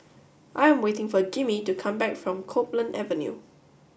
I am waiting for Jimmy to come back from Copeland Avenue